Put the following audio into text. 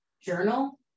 journal